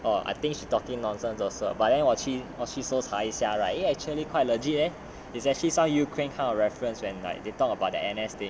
oh I think she talking nonsense also but then 我去我去搜查一下 right eh actually quite legit eh is actually some ukraine kind of reference when like they talked about the N_S thing